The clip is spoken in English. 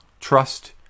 Trust